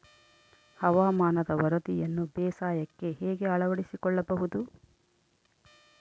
ಹವಾಮಾನದ ವರದಿಯನ್ನು ಬೇಸಾಯಕ್ಕೆ ಹೇಗೆ ಅಳವಡಿಸಿಕೊಳ್ಳಬಹುದು?